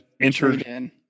entered